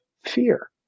fear